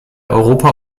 europa